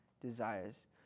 desires